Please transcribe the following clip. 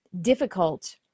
difficult